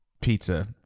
pizza